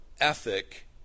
ethic